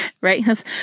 right